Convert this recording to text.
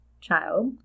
child